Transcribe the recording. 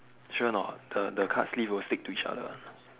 sure or not the the card sleeve will stick to each other